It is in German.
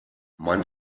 mein